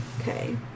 Okay